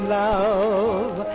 love